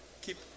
Keep